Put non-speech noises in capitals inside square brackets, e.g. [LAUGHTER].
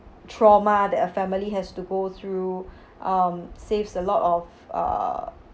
trauma that a family has to go through [BREATH] um saves a lot of uh